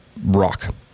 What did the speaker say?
rock